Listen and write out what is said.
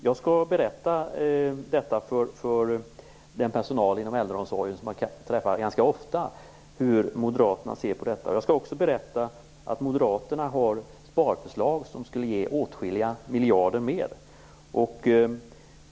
Jag skall berätta för den personal inom äldreomsorgen som jag träffar ganska ofta hur Moderaterna ser på detta. Jag skall också berätta att Moderaterna har sparförslag på åtskilliga miljarder ytterligare.